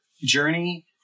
journey